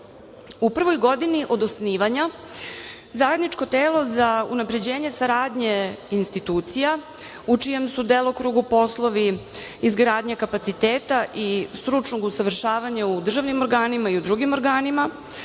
prvoj godini od osnivanja zajedničko telo za unapređenje saradnje institucija, u čijem su delokrugu poslovi izgradnja kapaciteta i stručnog usavršavanja u državnim organima i u drugim organima,